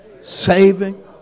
Saving